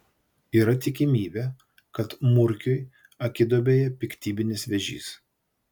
yra tikimybė kad murkiui akiduobėje piktybinis vėžys